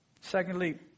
Secondly